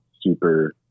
super